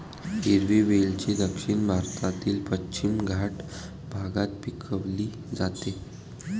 हिरवी वेलची दक्षिण भारतातील पश्चिम घाट भागात पिकवली जाते